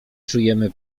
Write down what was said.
czujemy